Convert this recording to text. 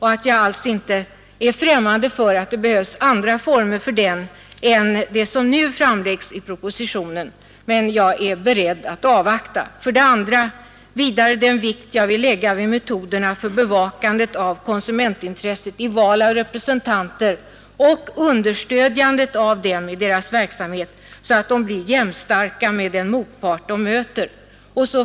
Jag är alls inte främmande för att det behövs andra former för den än de som nu föreslås i propositionen, men jag är beredd att avvakta. Jag har för det andra velat lägga stor vikt vid metoderna för bevakandet av konsumentintresset vid val av representanter och vid understödjandet av dem i deras verksamhet, så att de blir jämnstarka med den motpart de möter.